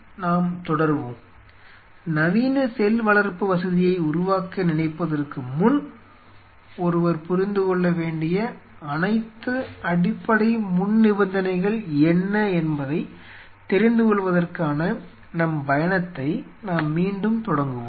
நாம் தொடருவோம் நவீன செல் வளர்ப்பு வசதியை உருவாக்க நினைப்பதற்கு முன் ஒருவர் புரிந்துகொள்ளவேண்டிய அனைத்து அடிப்படை முன்நிபந்தனைகள் என்ன என்பதைத் தெரிந்துகொள்வதற்கான நம் பயணத்தை நாம் மீண்டும் தொடங்குவோம்